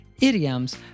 idioms